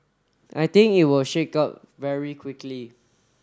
I think it will shake out very quickly